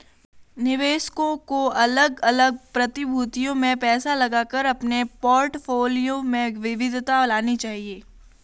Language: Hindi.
निवेशकों को अलग अलग प्रतिभूतियों में पैसा लगाकर अपने पोर्टफोलियो में विविधता लानी चाहिए